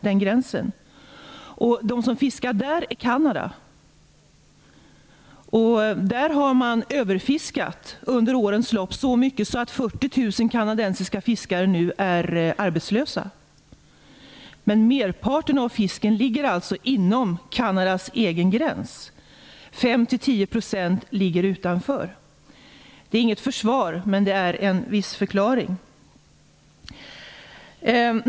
Där fiskar Kanada. Där har man under årens lopp överfiskat så mycket att 40 000 kanadensiska fiskare nu är arbetslösa. Merparten av fisken finns alltså inom Kanadas egen gräns. 5 10 % finns utanför. Det är inget försvar, men det är en viss förklaring.